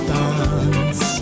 Dance